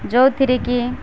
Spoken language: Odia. ଯେଉଁଥିରେ କି